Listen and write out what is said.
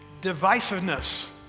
divisiveness